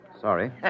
Sorry